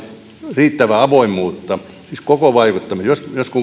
riittävää avoimuutta siis koko vaikuttamisessa